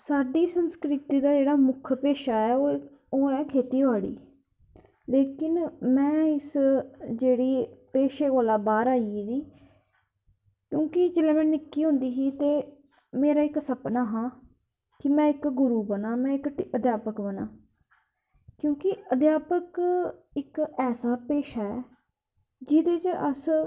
साढ़ी संस्कृति दा जेह्ड़ा मुक्खा पेसा ऐ ओह् ऐ खेत्ती बाड़ी लेकिन में इस जेह्ड़ी पेशे कोला बाह्र आई गेदी क्योंकि जिसलै में निक्की होंदी ही ते मेरा इक सपना हा कि में इक गुरुबना अध्यापक बना क्योंकि अधयापक इकऐसा पेशा ऐ जेह्दे च अस